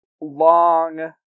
long